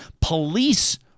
police